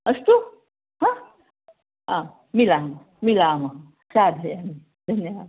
अस्तु हा आं मिलामः मिलामः साधयामि धन्यवादः